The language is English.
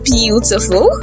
beautiful